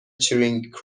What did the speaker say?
چرینگ